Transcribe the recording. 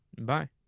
Bye